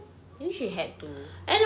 I think she had to